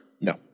No